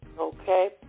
Okay